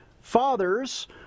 fathers